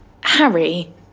Harry